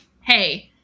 hey